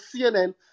cnn